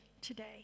today